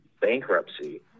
bankruptcy